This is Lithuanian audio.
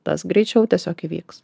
tas greičiau tiesiog įvyks